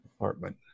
apartment